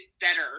better